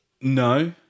No